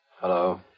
Hello